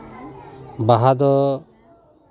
ᱵᱟᱦᱟ ᱫᱚ